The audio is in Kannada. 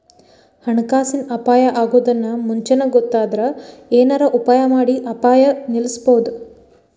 ಹಣಕಾಸಿನ್ ಅಪಾಯಾ ಅಗೊದನ್ನ ಮುಂಚೇನ ಗೊತ್ತಾದ್ರ ಏನರ ಉಪಾಯಮಾಡಿ ಅಪಾಯ ನಿಲ್ಲಸ್ಬೊದು